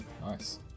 Nice